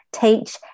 teach